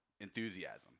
enthusiasm